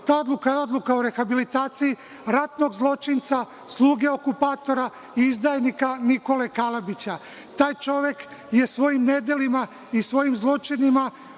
Ta odluka je odluka o rehabilitaciji ratnog zločinca, sluge okupatora i izdajnika Nikole Kalabića. Taj čovek je svojim nedelima i svojim zločinima